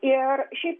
ir šiaip